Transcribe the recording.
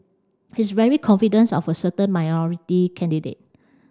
he's very confidence of a certain minority candidate